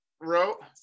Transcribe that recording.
wrote